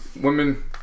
women